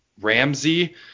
Ramsey